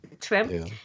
Trim